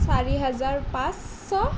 চাৰি হাজাৰ পাঁচশ